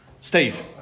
Steve